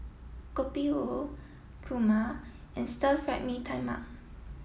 Kopi O Kurma and Stir Fried Mee Tai Mak